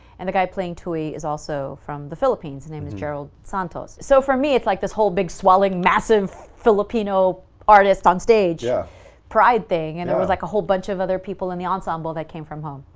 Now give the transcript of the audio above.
and the guy playing tui is also from the philippines. his name is gerald santos. so for me it's like this whole big swelling massive filipino artist on stage pride thing, and it was like a whole bunch of other people in the ensemble that came from home,